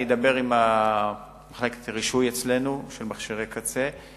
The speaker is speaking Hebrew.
אני אדבר עם מחלקת הרישוי אצלנו, של מכשירי קצה.